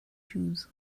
shoes